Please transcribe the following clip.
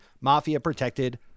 mafia-protected